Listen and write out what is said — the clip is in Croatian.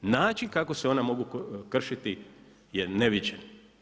Način kako se ona mogu kršiti je neviđen.